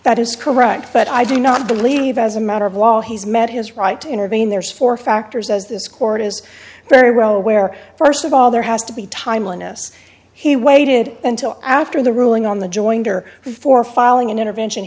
that is correct but i do not believe as a matter of law he's met his right to intervene there's four factors as this court is very row where st of all there has to be timeliness he waited until after the ruling on the jointer before filing an intervention